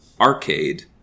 Arcade